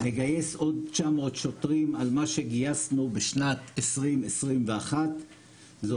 נגייס עוד 900 שוטרים על מה שגייסנו בשנת 2021. זה